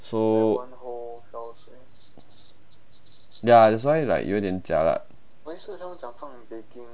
so ya that's why like 有点 jialat